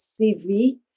CV